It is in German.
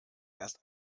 erst